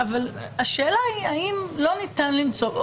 השאלה היא האם לא ניתן למצוא.